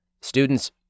students